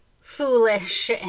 foolish